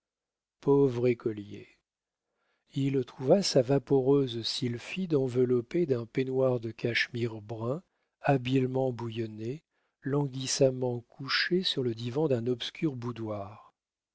pauvre écolier il trouva sa vaporeuse sylphide enveloppée d'un peignoir de cachemire brun habilement bouillonné languissamment couchée sur le divan d'un obscur boudoir